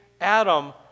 Adam